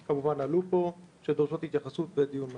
שכמובן, עלו פה, שדורשות התייחסות ודיון מעמיק.